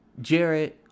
Jared